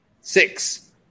six